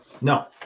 No